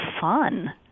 fun